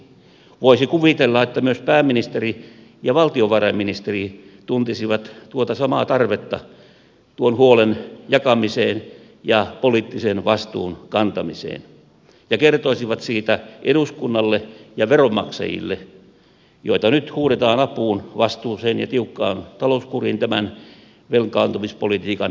voisi kuvitella että myös pääministeri ja valtiovarainministeri tuntisivat samaa tarvetta tuon huolen jakamiseen ja poliittisen vastuun kantamiseen ja kertoisivat siitä eduskunnalle ja veronmaksajille joita nyt huudetaan apuun vastuuseen ja tiukkaan talouskuriin tämän velkaantumispolitiikan kääntöpuolena